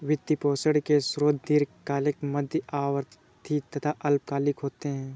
वित्त पोषण के स्रोत दीर्घकालिक, मध्य अवधी तथा अल्पकालिक होते हैं